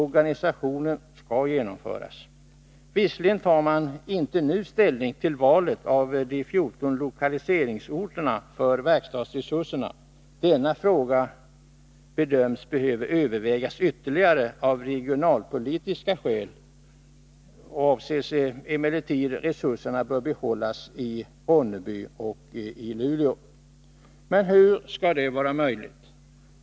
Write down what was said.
Organisationen skall genomföras. Visserligen tar man inte nu ställning till valet av de 14 lokaliseringsorterna för verkstadsresurserna. Denna fråga bedöms behöva övervägas ytterligare. Av regionalpolitiska skäl avser man emellertid att behålla resurserna i Ronneby och Luleå. Hur skall detta vara möjligt?